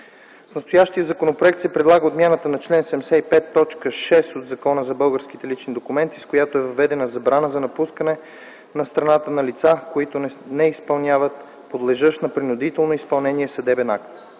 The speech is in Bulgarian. С настоящия законопроект се предлага отмяната на чл.75, т. 6 от Закона за българските лични документи, с която е въведена забрана за напускане на страната на лица, които не изпълняват подлежащ на принудително изпълнение съдебен акт.